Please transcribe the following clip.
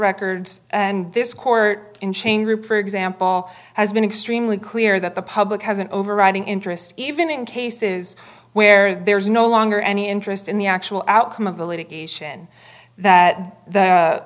record and this court in chain group for example has been extremely clear that the public has an overriding interest even in cases where there's no longer any interest in the actual outcome of th